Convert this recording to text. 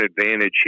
advantage